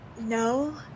No